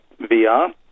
VR